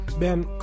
Ben